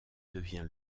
devient